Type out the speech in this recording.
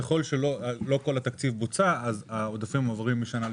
ככל שלא כל התקציב בוצע אז העודפים עוברים משנה לשנה.